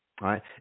right